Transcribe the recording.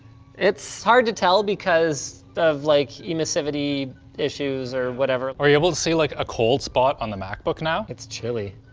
it's hard to tell because of like emissivity issues or whatever. are you able to see like a cold spot on the macbook now? it's chilly.